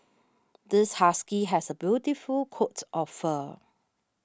this husky has a beautiful coat of fur